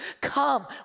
come